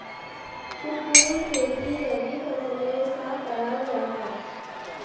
कुट्टूर खेती रबी फसलेर सा कराल जाहा